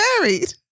married